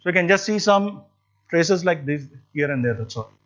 but can and see some places like these here and there that's all.